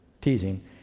teasing